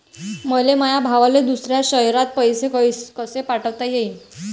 मले माया भावाले दुसऱ्या शयरात पैसे कसे पाठवता येईन?